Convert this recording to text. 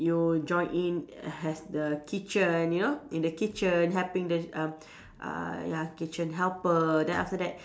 you join in have the kitchen you know in the kitchen helping the uh uh ya kitchen helper then after that